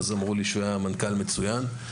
אמרו לי שהוא היה מנכ"ל מצוין,